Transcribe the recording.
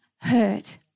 hurt